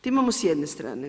To imamo s jedne strane.